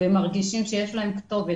והם מרגישים שיש להם כתובת,